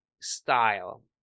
style